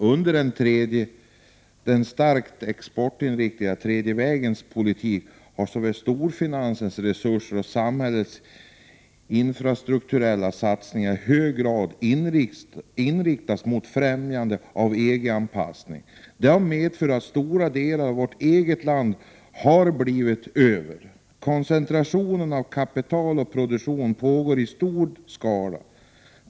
Under den starkt exportinriktade tredje vägens politik, Marianne Stålberg, har såväl storfinansens resurser som samhällets infrastrukturella satsningar inriktats mot främjande av EG-anpassning. Det har medfört att stora delar av vårt eget land har blivit över. Koncentrationen av kapital och produktion pågår i stor skala.